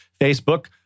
Facebook